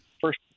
First